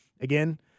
again